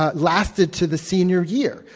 ah lasted to the senior year.